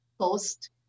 post